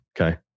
Okay